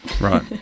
Right